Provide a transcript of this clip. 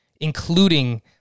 including